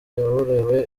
yaburiwe